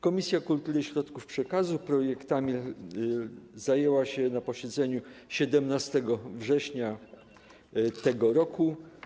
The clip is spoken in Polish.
Komisja Kultury i Środków Przekazu projektami zajęła się na posiedzeniu 17 września tego roku.